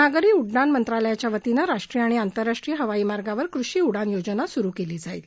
नागरी उड्डाण मंत्रालयाच्या वतीनं राष्ट्रीय आणि आंतरराष्ट्रीय हवाई मार्गावर कृषी उडान योजना सुरू केली जाईल